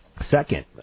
Second